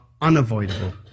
unavoidable